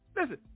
Listen